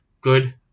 good